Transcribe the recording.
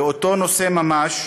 באותו נושא ממש.